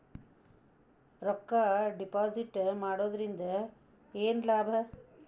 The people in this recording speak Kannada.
ರೊಕ್ಕ ಡಿಪಾಸಿಟ್ ಮಾಡುವುದರಿಂದ ಏನ್ ಲಾಭ?